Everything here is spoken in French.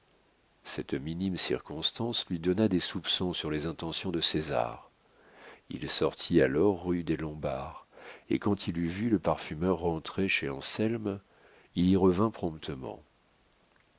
cette minime circonstance lui donna des soupçons sur les intentions de césar il sortit alors rue des lombards et quand il eut vu le parfumeur rentré chez anselme il y revint promptement